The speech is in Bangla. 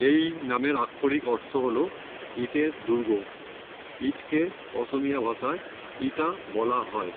এই নামের আক্ষরিক অর্থ হল ইটের দুর্গ ইটকে অসমীয়া ভাষায় ইটা বলা হয়